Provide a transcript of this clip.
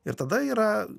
ir tada yra